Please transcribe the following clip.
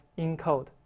encode